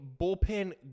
bullpen